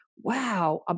wow